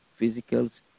physicals